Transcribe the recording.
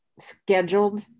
scheduled